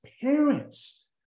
parents